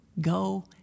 Go